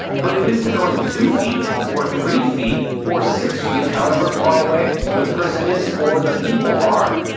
but it isn't going two feet or three feet or six feet, however far away the person is or the people are.